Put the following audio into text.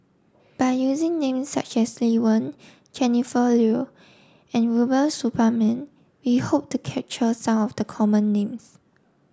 by using names such as Lee Wen Jennifer Yeo and Rubiah Suparman we hope to capture some of the common names